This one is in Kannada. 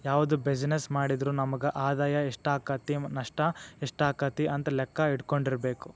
ಯಾವ್ದ ಬಿಜಿನೆಸ್ಸ್ ಮಾಡಿದ್ರು ನಮಗ ಆದಾಯಾ ಎಷ್ಟಾಕ್ಕತಿ ನಷ್ಟ ಯೆಷ್ಟಾಕ್ಕತಿ ಅಂತ್ ಲೆಕ್ಕಾ ಇಟ್ಕೊಂಡಿರ್ಬೆಕು